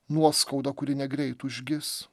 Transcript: nuoskaudą kuri negreit užgis